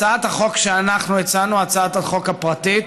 הצעת החוק שאנחנו הצענו, הצעת החוק הפרטית,